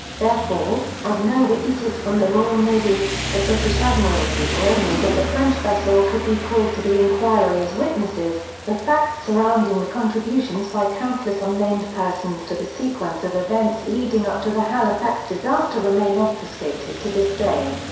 therefore, as no witnesses from the royal navy, the british admiralty or owners of the french vessel could be called to the inquiry as witnesses, the facts surrounding the contributions by countless unnamed unnamed persons to the sequence of events leading up to the halifax disaster remain obfuscated to this day.